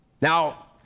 Now